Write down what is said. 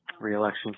Re-election